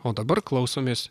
o dabar klausomės